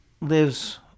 lives